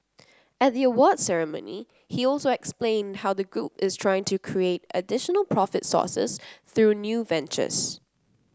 at the awards ceremony he also explained how the group is trying to create additional profit sources through new ventures